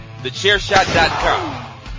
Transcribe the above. TheChairShot.com